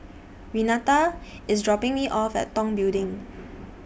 Renata IS dropping Me off At Tong Building